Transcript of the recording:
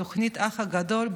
בתוכנית האח הגדול,